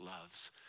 loves